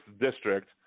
District